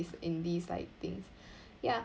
in these in these like things ya